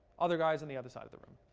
other guys on the other side of the room.